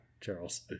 Charles